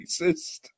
racist